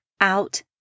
out